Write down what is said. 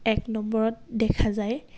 এক নম্বৰত দেখা যায়